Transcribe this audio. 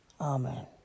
Amen